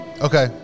Okay